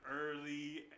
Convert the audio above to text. early